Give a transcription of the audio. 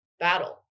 battle